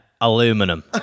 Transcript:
Aluminum